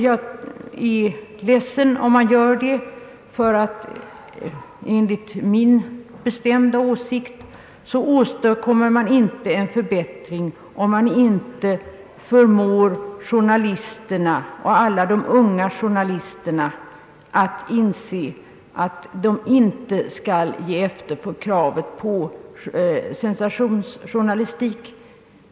Jag är ledsen om man gör det, ty enligt min bestämda åsikt åstadkommer man inte en förbättring om man inte förmår journalisterna — och de många unga journalisterna — att inse att de inte skall ge efter för kravet på sensationsjournalistik.